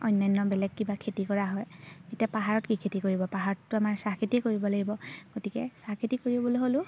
অন্যান্য বেলেগ কিবা খেতি কৰা হয় এতিয়া পাহাৰত কি খেতি কৰিব পাহাৰততো আমাৰ চাহ খেতিয়ে কৰিব লাগিব গতিকে চাহ খেতি কৰিবলৈ হ'লেও